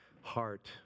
heart